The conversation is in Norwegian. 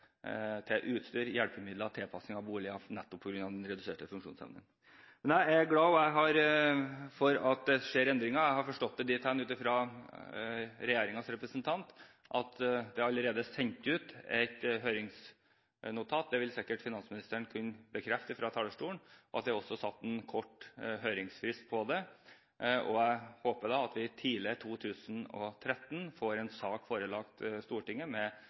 til utstyr, hjelpemidler og tilpassing av bolig, nettopp på grunn av den reduserte funksjonsevnen. Jeg glad for at det skjer endringer. Jeg har forstått det dithen på regjeringens representant at det allerede er sendt ut et høringsnotat – det vil sikkert finansministeren kunne bekrefte fra talerstolen – og at det også er satt en kort høringsfrist på det. Jeg håper at vi tidlig i 2013 får en sak med konkrete forslag til lovendringer forelagt Stortinget.